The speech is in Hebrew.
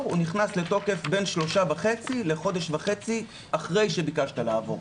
אלא הוא נכנס לתוקף בין שלושה וחצי לחודש וחצי אחרי שביקשת לעבור.